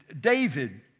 David